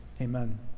Amen